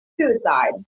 suicide